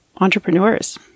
entrepreneurs